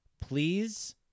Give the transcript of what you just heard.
please